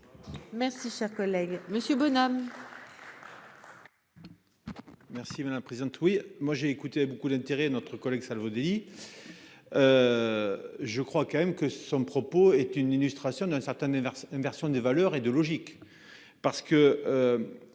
Merci, cher collègue, Monsieur Bonhomme.